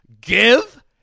Give